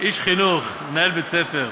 איש חינוך, מנהל בית-ספר.